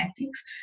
ethics